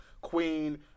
Queen